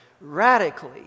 radically